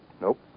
Nope